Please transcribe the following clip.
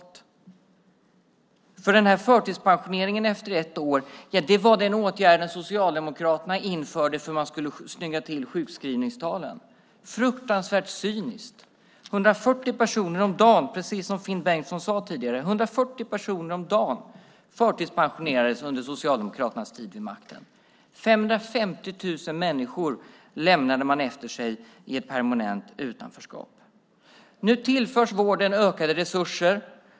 Denna förtidspensionering efter ett år var den åtgärd som Socialdemokraterna införde för att snygga till sjukskrivningstalen. Det var fruktansvärt cyniskt. 140 personer om dagen - precis som Finn Bengtsson sade tidigare - förtidspensionerades under Socialdemokraternas tid vid makten. 550 000 människor lämnade de efter sig i ett permanent utanförskap. Nu tillförs vården ökade resurser.